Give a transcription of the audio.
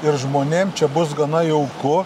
ir žmonėm čia bus gana jauku